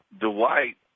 Dwight